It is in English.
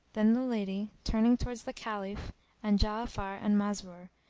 then the lady, turning towards the caliph and ja'afar and masrur,